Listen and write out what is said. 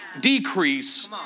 decrease